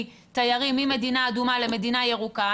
אזרחים ישראלים ממדינה אדומה למדינה ירוקה,